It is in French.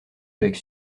avec